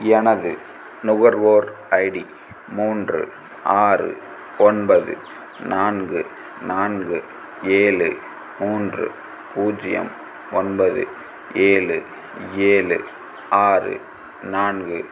எனது நுகர்வோர் ஐடி மூன்று ஆறு ஒன்பது நான்கு நான்கு ஏழு மூன்று பூஜ்ஜியம் ஒன்பது ஏழு ஏழு ஆறு நான்கு